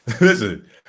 Listen